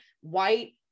white